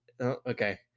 okay